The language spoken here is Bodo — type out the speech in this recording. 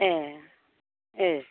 ए ए